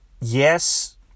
Yes